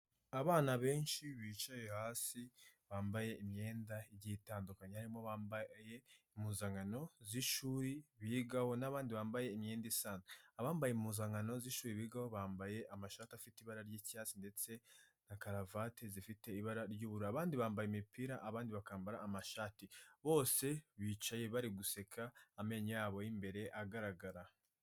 Abana benshi bicaye hasi, bambaye imyenda igiye itandukanye, harimo abambaye impuzankano z'ishuri bigaho, n'abandi bambaye imyenda isanzwe. Abambaye impuzankano z'ishuri bigaho bambaye amashati afite ibara ry'icyatsi ndetse na karavati zifite ibara ry'ubururu, abandi bambaye imipira, abandi bakambara amashati. Bose bicaye bari guseka amenyo yabo y'imbere agaragara.